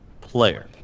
player